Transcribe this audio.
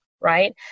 Right